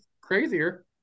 crazier